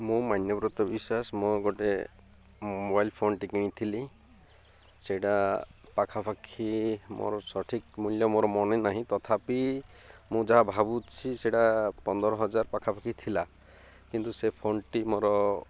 ମୁଁ ମାନ୍ୟବ୍ରତ ବିଶ୍ୱାସ ମୁଁ ଗୋଟେ ମୋବାଇଲ୍ ଫୋନ୍ଟି କିଣିଥିଲି ସେଇଟା ପାଖାପାଖି ମୋର ସଠିକ୍ ମୂଲ୍ୟ ମୋର ମନେ ନାହିଁ ତଥାପି ମୁଁ ଯାହା ଭାବୁଛି ସେଇଟା ପନ୍ଦର ହଜାର ପାଖାପାଖି ଥିଲା କିନ୍ତୁ ସେ ଫୋନ୍ଟି ମୋର